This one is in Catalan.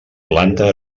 planta